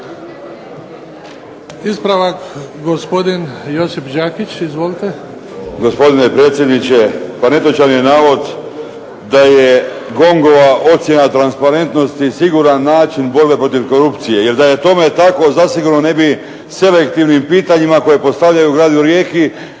Ispravak gospodin Josip Đakić. Izvolite.